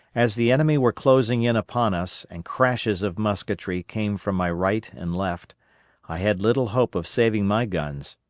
as the enemy were closing in upon us and crashes of musketry came from my right and left, i had little hope of saving my guns,